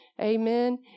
Amen